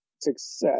success